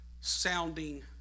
sounding